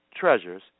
treasures